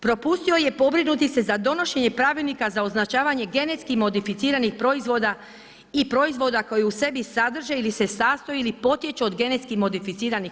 Propustio je pobrinuti se za donošenje pravilnika za označavanje genetski modificiranih proizvoda i proizvoda koji u sebi sadrže ili se sastoje ili potječe od GMO.